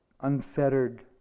unfettered